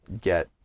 get